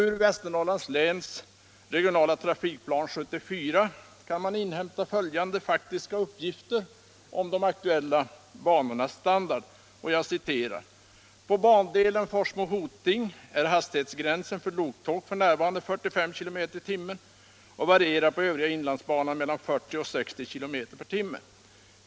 Ur Västernorrlands läns regionala trafikplan 1974 kan inhämtas följande faktiska uppgifter om de aktuella banornas standard: ”På bandelen Forsmo-Hoting är hastighetsgränsen för loktåg för närvarande 45 km t.